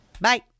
Bye